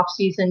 offseason